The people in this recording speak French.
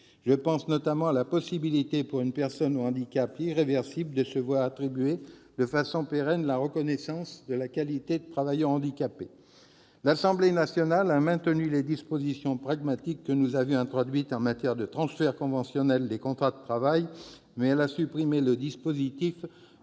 Je pense notamment à la possibilité pour une personne au handicap irréversible de se voir attribuer de façon pérenne la reconnaissance de la qualité de travailleur handicapé. L'Assemblée nationale a maintenu les dispositions pragmatiques que nous avions introduites en matière de transfert conventionnel des contrats de travail, mais elle a supprimé le dispositif